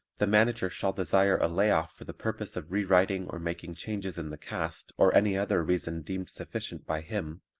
the manager shall desire a lay off for the purpose of re-writing or making changes in the cast or any other reason deemed sufficient by him,